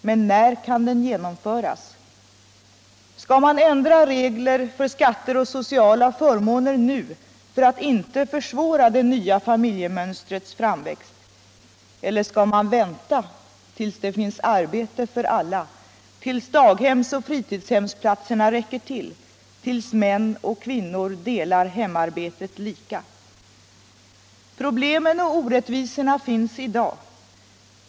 Men när kan den genom Allmänpolitisk debatt Allmänpolitisk debatt 120 föras? Skall man ändra regler för skatter och sociala förmåner nu för att inte försvåra det nya familjemönstrets framväxt, eller skall man vänta tills det finns arbete för alla, tills daghemsoch fritidshemsplatserna räcker till, tills män och kvinnor delar hemarbetet lika? Problemen och orättvisorna finns i dag.